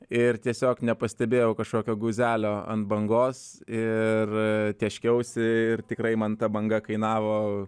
ir tiesiog nepastebėjau kažkokio guzelio ant bangos ir tėškiausi ir tikrai man ta banga kainavo